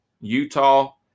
Utah